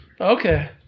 Okay